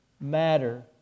matter